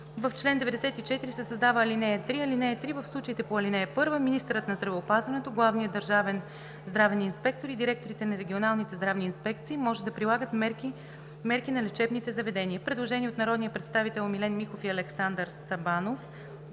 в чл. 94 се създава ал. 3: „(3) В случаите по ал. 1 министърът на здравеопазването, главният държавен здравен инспектор и директорите на регионалните здравни инспекции може да прилагат мерки на лечебните заведения.“ Предложение от народните представители Милен Михов и Александър Сабанов: